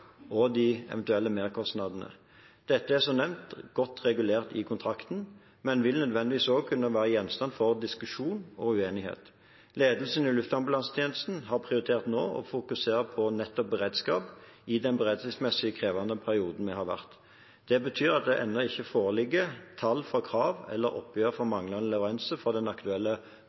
og de eventuelle merkostnadene. Dette er, som nevnt, godt regulert i kontrakten, men vil nødvendigvis også kunne være gjenstand for diskusjon og uenighet. Ledelsen i Luftambulansetjenesten har prioritert å fokusere nettopp på beredskap i den beredskapsmessig krevende perioden vi har vært inne i. Det betyr at det ennå ikke foreligger tall for krav eller oppgjør for manglende leveranser for den aktuelle